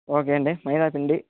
okay అండి మైదా పిండి